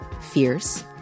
fierce